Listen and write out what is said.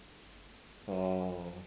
orh